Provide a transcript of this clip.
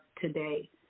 today